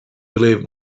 believe